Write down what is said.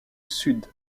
sud